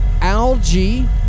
algae